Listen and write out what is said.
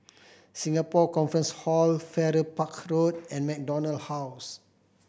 Singapore Conference Hall Farrer Park Road and MacDonald House